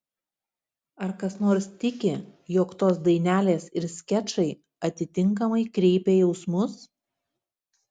ar kas nors tiki jog tos dainelės ir skečai atitinkamai kreipia jausmus